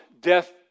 death